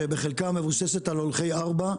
שבחלקה מבוססת על הולכי ארבע,